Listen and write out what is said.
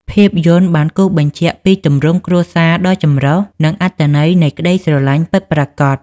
ភាពយន្តបានគូសបញ្ជាក់ពីទម្រង់គ្រួសារដ៏ចម្រុះ និងអត្ថន័យនៃក្ដីស្រឡាញ់ពិតប្រាកដ។